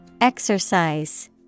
Exercise